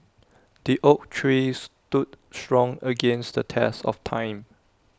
the oak tree stood strong against the test of time